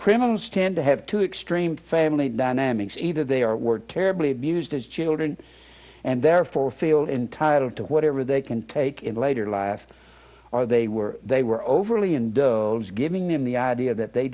criminals tend to have to extreme family dynamics either they are were terribly abused as children and therefore feel entitled to whatever they can take in later life or they were they were overly and those giving them the idea that they